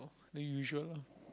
the usual